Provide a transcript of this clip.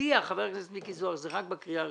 הודיע חבר הכנסת מיקי זוהר שזה רק בקריאה הראשונה.